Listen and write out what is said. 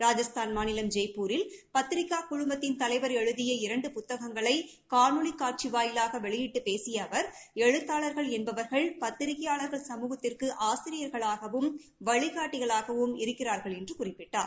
ராஜஸ்தான் மாநிலம் ஜெயப்பூரில் பத்திரிக்கா குழுமத்தின் தலைவர் எழுதிய இரண்டு புத்தகங்களை காணொலி காட்சி வாயிலாக வெளியிட்டு பேசிய அவர் எழுத்தாளர்கள் என்பவர்கள் பத்திரிகையாளர்கள் சமூகத்திற்கு ஆசிரியர்களாகவும் வழிகாட்டிகளாகவும் இருக்கிறார்கள் என்று குறிப்பிட்டார்